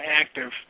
active